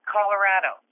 Colorado